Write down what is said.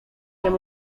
tym